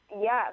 Yes